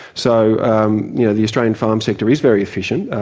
so um you know, the australian farm sector is very efficient,